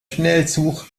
schnellzug